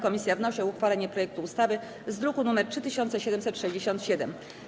Komisja wnosi o uchwalenie projektu ustawy z druku nr 3767.